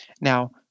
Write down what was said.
Now